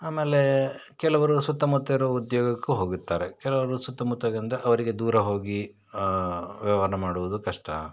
ಆಮೇಲೆ ಕೆಲವರು ಸುತ್ತಮುತ್ತ ಇರುವ ಉದ್ಯೋಗಕ್ಕೂ ಹೋಗುತ್ತಾರೆ ಕೆಲವರು ಸುತ್ತಮುತ್ತದಿಂದ ಅವರಿಗೆ ದೂರ ಹೋಗಿ ವ್ಯವ್ಹಾರ ಮಾಡುವುದು ಕಷ್ಟ